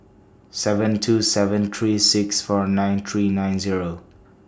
seven two seven three six four nine three nine Zero